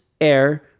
air